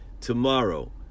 tomorrow